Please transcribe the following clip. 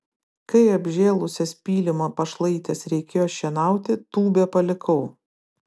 kai apžėlusias pylimo pašlaites reikėjo šienauti tūbę palikau